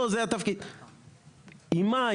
עם מה?